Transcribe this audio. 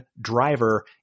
driver